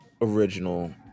original